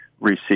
receive